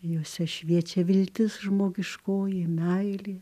juose šviečia viltis žmogiškoji meilė